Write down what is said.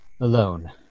alone